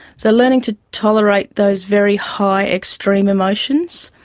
so learning to tolerate those very high extreme emotions.